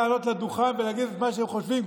לעלות לדוכן ולהגיד את מה שהם חושבים,